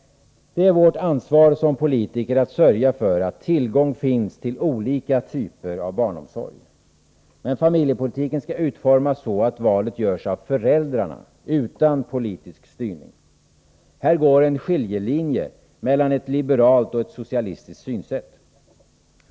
Det är vårt ansvar som politiker att sörja för att tillgång finns till olika typer av barnomsorg. Men familjepolitiken skall utformas så, att valet görs av föräldrarna, utan politisk styrning. Här går en skiljelinje mellan ett liberalt och ett socialistiskt synsätt.